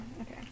okay